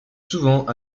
souvent